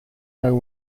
know